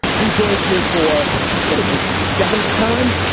who joins me for what is this, the seventh time?